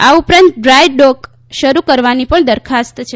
આ ઉપરાંત dry dock શરૂ કરવાની પણ દરખાસ્ત છે